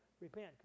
repent